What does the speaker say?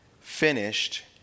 finished